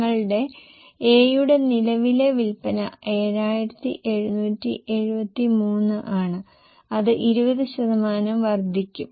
നിങ്ങളുടെ A യുടെ നിലവിലെ വിൽപ്പന 7773 ആണ് അത് 20 ശതമാനം വർദ്ധിക്കും